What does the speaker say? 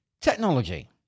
Technology